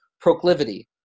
proclivity